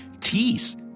tease